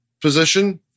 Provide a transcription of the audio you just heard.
position